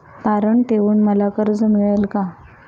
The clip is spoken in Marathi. तारण ठेवून मला कर्ज मिळेल का?